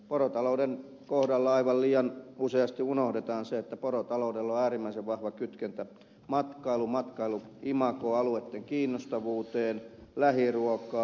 porotalouden kohdalla aivan liian useasti unohdetaan se että porotaloudella on äärimmäisen vahva kytkentä matkailuun matkailun imagoon alueitten kiinnostavuuteen lähiruokaan